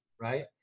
Right